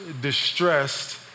distressed